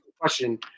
question